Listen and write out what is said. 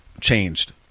changed